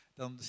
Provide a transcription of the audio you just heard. dan